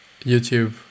YouTube